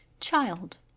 Child